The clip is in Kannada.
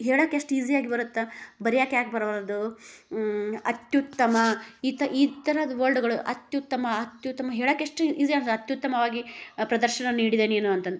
ಹೇಳಕ್ಕೆ ಎಷ್ಟು ಈಝಿಯಾಗಿ ಬರುತ್ತೆ ಬರಿಯಕ್ಕೆ ಯಾಕೆ ಬರೋವಲ್ದು ಅತ್ಯುತ್ತಮ ಈ ತ ಈ ಥರದ್ ವರ್ಡ್ಗಳು ಅತ್ಯುತ್ತಮ ಅತ್ಯುತ್ತಮ ಹೇಳಾಕೆ ಎಷ್ಟು ಈಝಿ ಅಂದ್ರೆ ಅತ್ಯುತ್ತಮವಾಗಿ ಪ್ರದರ್ಶನ ನೀಡಿದೆ ನೀನು ಅಂತಂದು